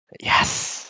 Yes